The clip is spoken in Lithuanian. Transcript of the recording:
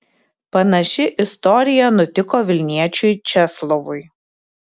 panaši istorija nutiko vilniečiui česlovui